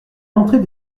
montrer